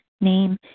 name